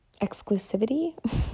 exclusivity